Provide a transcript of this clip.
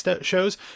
shows